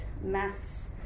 mass